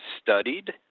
studied